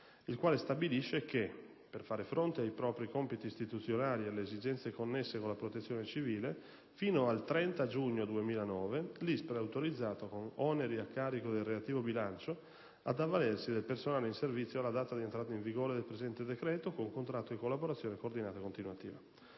con cui si stabilisce: «Per fare fronte ai propri compiti istituzionali ed alle esigenze connesse con la protezione civile, fino al 30 giugno 2009 l'ISPRA è autorizzato, con oneri a carico del relativo bilancio, ad avvalersi del personale in servizio alla data di entrata in vigore del presente decreto con contratto di collaborazione coordinata e continuativa».